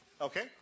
Okay